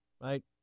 Right